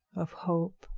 of hope,